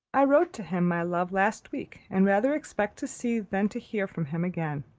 i wrote to him, my love, last week, and rather expect to see, than to hear from him again.